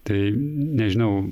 tai nežinau